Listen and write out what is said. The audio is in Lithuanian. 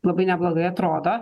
labai neblogai atrodo